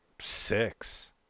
six